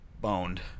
boned